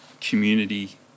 community